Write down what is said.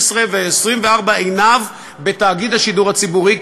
16 ו-24 עיניו בתאגיד השידור הציבורי,